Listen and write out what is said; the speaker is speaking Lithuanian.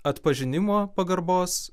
atpažinimo pagarbos